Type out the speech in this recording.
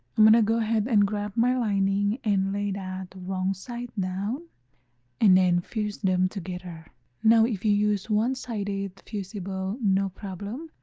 i'm gonna go ahead and grab my lining and lay that wrong side down and then fuse them together. now if you use one-sided fusible no problem.